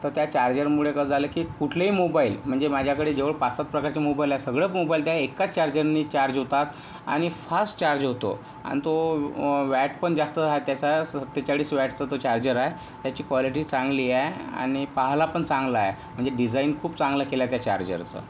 तर त्या चार्जरमुळे कसं झालाय की कुठलेही मोबाईल म्हणजे माझ्याकडे जेवढे पाच सात प्रकारचे मोबाईल आहेत सगळे मोबाईल त्या एकाच चार्जरने चार्ज होतात आणि फास्ट चार्ज होतो आणि तो व्हॅट पण जास्त आहे त्याचा सत्तेचाळीस व्हॅटचा तो चार्जर आहे त्याची कॉलीटी चांगली आहे आणि पाहायला पण चांगला आहे म्हणजे डिजाइन खूप चांगलं केल आहे त्या चार्जरचं